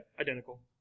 Identical